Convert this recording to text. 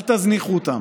אל תזניחו אותם.